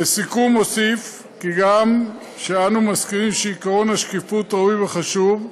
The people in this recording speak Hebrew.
לסיכום אוסיף כי אף שאנו מסכימים שעקרון השקיפות ראוי וחשוב,